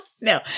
No